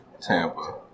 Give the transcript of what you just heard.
Tampa